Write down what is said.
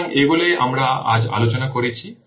সুতরাং এইগুলিই আমরা আজ আলোচনা করেছি